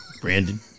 Brandon